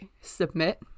submit